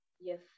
Yes